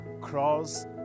cross